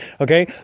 okay